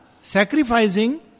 sacrificing